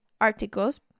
articles